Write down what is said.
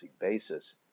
basis